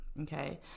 okay